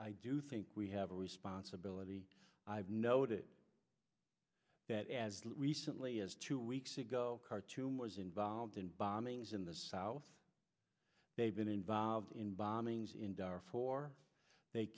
i do think we have a responsibility i've noted that as recently as two weeks ago khartoum was involved in bombings in the south they've been involved in bombings in dar for they